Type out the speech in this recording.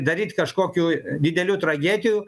daryt kažkokių didelių tragedijų